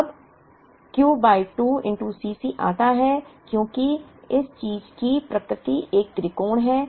अबQ by 2 Cc आता है क्योंकि इस चीज की प्रकृति एक त्रिकोण है